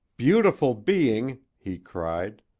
beautiful being, he cried,